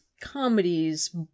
comedies